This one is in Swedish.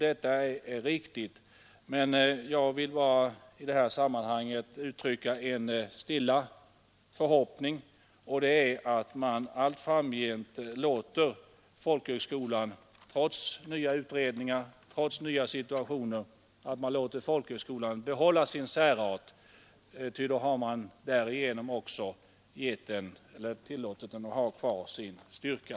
Detta är riktigt, men jag vill i det sammanhanget uttrycka en stilla förhoppning om att man allt framgent låter folkhögskolan behålla sin särart, ty härigenom låter man den också ha kvar sin styrka.